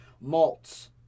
malts